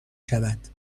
شود